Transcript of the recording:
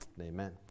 Amen